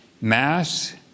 mass